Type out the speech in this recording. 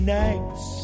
nice